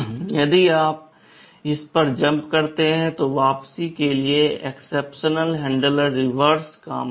यदि आप इस पर जम्प करते हैं तो वापसी के लिए एक्सेप्शन हैंडलर रिवर्स काम करेगा